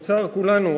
לצער כולנו,